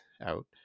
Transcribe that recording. out